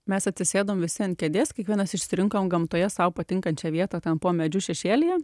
mes atsisėdom visi ant kėdės kiekvienas išsirinkom gamtoje sau patinkančią vietą ten po medžiu šešėlyje